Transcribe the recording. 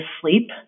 sleep